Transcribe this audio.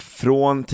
från